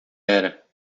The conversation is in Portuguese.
era